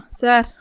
sir